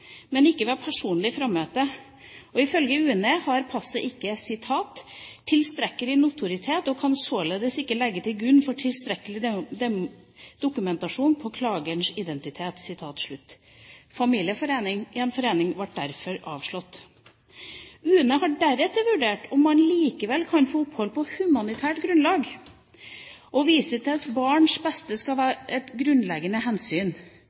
men ikke ved personlig frammøte. Ifølge UNE har passet ikke «tilstrekkelig notoritet og kan således ikke legges til grunn som tilstrekkelig dokumentasjon på klagerens identitet». Familiegjenforening ble derfor avslått. UNE har deretter vurdert om mannen likevel kan få opphold på humanitært grunnlag og viser til at barns beste skal være et grunnleggende hensyn,